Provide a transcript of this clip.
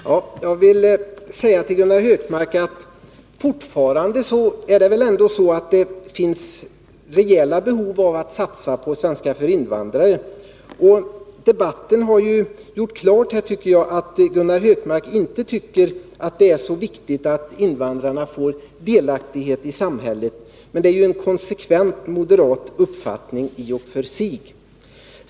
Herr talman! Jag vill säga till Gunnar Hökmark att det fortfarande finns rejäla behov av att satsa på undervisning i svenska för invandrare. Debatten har ju gjort klart att Gunnar Hökmark inte tycker att det är så viktigt att invandrarna får delaktighet i samhället. Det är ju en konsekvent moderat uppfattning i och för sig.